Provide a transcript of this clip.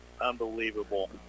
unbelievable